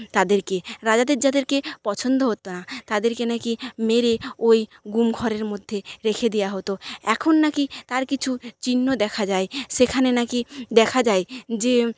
তাদেরকে রাজাদের যাদেরকে পছন্দ হতো না তাদেরকে না কি মেরে ওই গুম ঘরের মধ্যে রেখে দেয়া হতো এখন না কি তার কিছু চিহ্ন দেখা যায় সেখানে না কি দেখা যায় যে